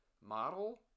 model